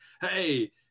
hey